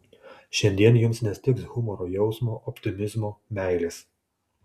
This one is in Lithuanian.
šiandien jums nestigs humoro jausmo optimizmo meilės